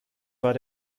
war